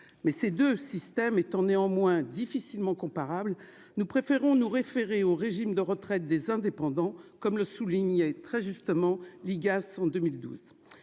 ces deux systèmes étant difficilement comparables, nous préférons nous référer aux régimes de retraite des indépendants, comme le soulignait très justement l'inspection